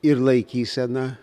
ir laikysena